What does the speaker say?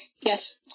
yes